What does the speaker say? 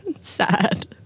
sad